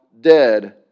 dead